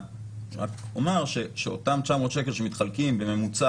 אני רק אומר שאותם 900 שקל שמתחלקים בממוצע